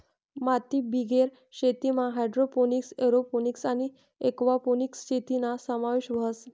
मातीबिगेर शेतीमा hydroponics, aeroponics आणि एक्वापोनिक्स शेतीना समावेश व्हस